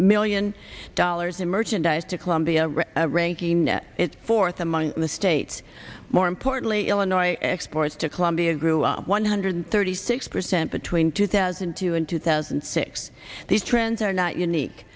million dollars in merchandise to colombia ranking net its fourth among the states more importantly illinois exports to colombia grew up one hundred thirty six percent between two thousand and two and two thousand and six these trends are not unique